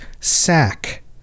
Sack